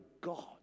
God